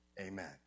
amen